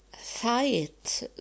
fight